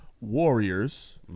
Warriors